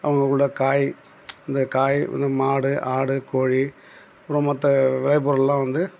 அவங்களுக்குள்ள காய் இந்த காய் இந்த மாடு ஆடு கோழி அப்றம் மத்த விளை பொருள்லாம் வந்து